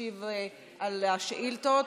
שתשיב על השאילתות.